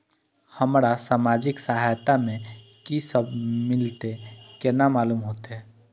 हमरा सामाजिक सहायता में की सब मिलते केना मालूम होते?